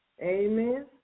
Amen